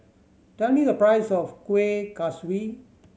tell me the price of Kuih Kaswi